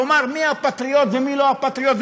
לומר מי פטריוט ומי לא פטריוט.